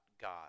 God